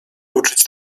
uczyć